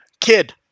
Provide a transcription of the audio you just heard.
kid